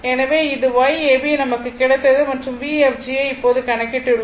எனவே இது Yab நமக்கு கிடைத்தது மற்றும் Vfg ஐ இப்போது கணக்கிட்டுள்ளோம்